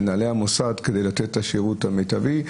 מנהלי המוסד כדי לתת את השירות המיטבי.